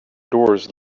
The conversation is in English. doors